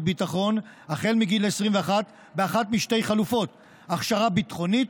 ביטחון החל מגיל 21 באחת משתי חלופות: הכשרה ביטחונית,